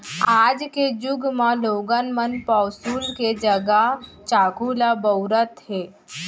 आज के जुग म लोगन मन पौंसुल के जघा चाकू ल बउरत हें